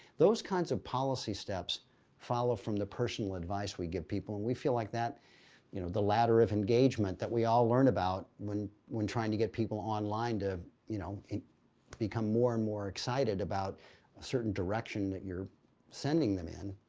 those kinds of policy steps follow from the personal advice we give people and we feel like that you know the ladder of engagement that we all learn about when trying trying to get people online to you know become more and more excited about a certain direction that you're sending them in,